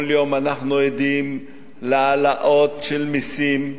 כל יום אנחנו עדים להעלאות של מסים,